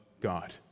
God